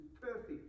perfect